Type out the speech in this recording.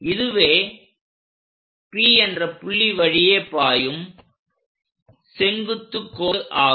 இதுவே P என்ற புள்ளி வழியே பாயும் செங்குத்து கோடாகும்